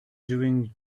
doing